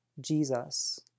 Jesus